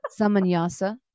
Samanyasa